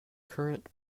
current